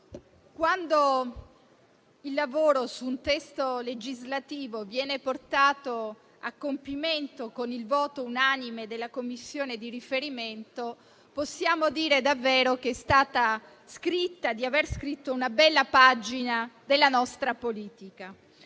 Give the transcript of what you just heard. Quando il lavoro su un testo legislativo viene portato a compimento con il voto unanime della Commissione di riferimento, possiamo dire di aver scritto davvero una bella pagina della nostra politica.